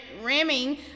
ramming